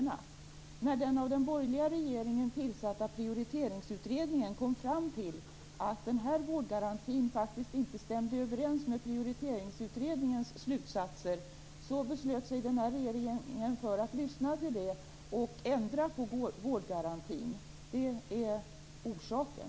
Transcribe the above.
När den av den borgerliga regeringen tillsatta Prioriteringsutredningen kom fram till att denna vårdgaranti inte stämde överens med Prioriteringsutredningens slutsatser beslutade sig den nuvarande regeringen för att lyssna på detta och ändrade vårdgarantin. Det är orsaken.